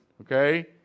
okay